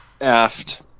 aft